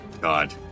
God